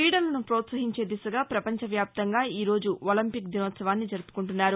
క్రీడలను ప్రపోత్సహించే దిశగా ప్రపంచ వ్యాప్తంగా ఈ రోజు ఒలింపిక్ దినోత్సవాన్ని జరుపుకుంటున్నారు